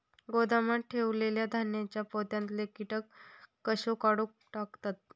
गोदामात ठेयलेल्या धान्यांच्या पोत्यातले कीटक कशे काढून टाकतत?